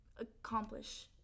accomplish